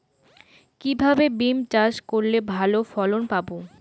কিভাবে বিম চাষ করলে ভালো ফলন পাব?